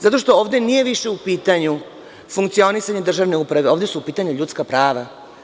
Zato što ovde nije više u pitanju funkcionisanje državne uprave, ovde su u pitanju ljudska prava.